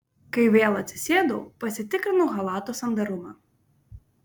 kai vėl atsisėdau pasitikrinau chalato sandarumą